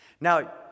now